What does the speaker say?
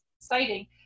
exciting